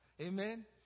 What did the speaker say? Amen